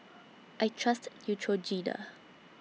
I Trust Neutrogena